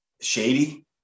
Shady